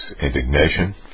indignation